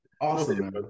Awesome